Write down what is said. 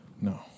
No